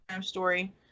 story